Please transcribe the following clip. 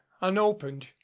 unopened